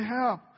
help